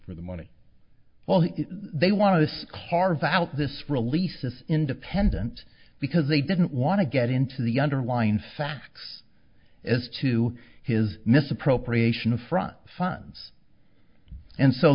for the money well they want to carve out this release of independence because they didn't want to get into the underlying facts as to his misappropriation affront funs and so